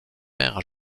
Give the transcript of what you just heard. mère